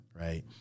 right